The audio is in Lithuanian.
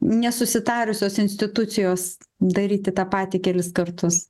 nesusitarusios institucijos daryti tą patį kelis kartus